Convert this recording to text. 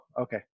okay